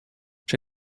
czy